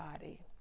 body